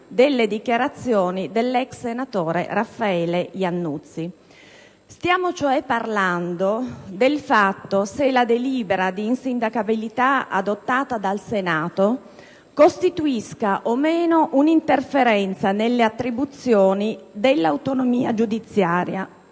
delle dichiarazioni dell'ex senatore Raffaele Iannuzzi. Stiamo cioè parlando del fatto se la delibera di insindacabilità adottata dal Senato costituisca o no un'interferenza nelle attribuzioni dell'autonomia giudiziaria,